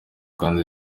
kandi